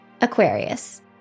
Aquarius